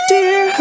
Dear